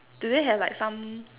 do they have like some